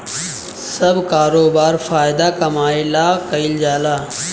सब करोबार फायदा कमाए ला कईल जाल